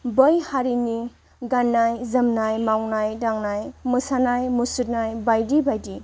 बै हारिनि गाननाय जोमनाय मावनाय दांनाय मोसानाय मुसुरनाय बायदि बायदि